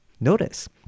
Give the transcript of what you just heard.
Notice